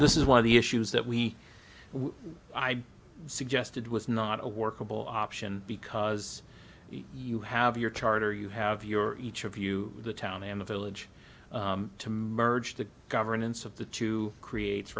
this is one of the issues that we i suggested was not a workable option because you have your charter you have your each of you the town and village to merge the governance of the two creates